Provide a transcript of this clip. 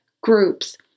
groups